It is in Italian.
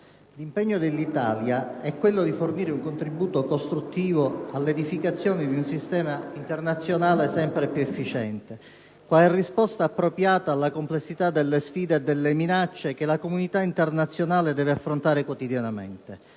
l'impegno dell'Italia è quello di fornire un contributo costruttivo all'edificazione di un sistema internazionale sempre più efficiente, quale risposta appropriata alla complessità delle sfide e delle minacce che la comunità internazionale deve affrontare quotidianamente: